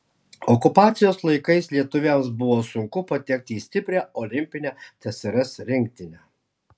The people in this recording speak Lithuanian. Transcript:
okupacijos laikais lietuviams buvo sunku patekti į stiprią olimpinę tsrs rinktinę